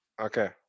okay